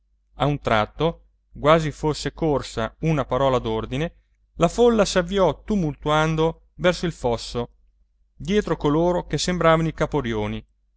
a un tratto quasi fosse corsa una parola d'ordine la folla s'avviò tumultuando verso il fosso dietro coloro che sembravano i caporioni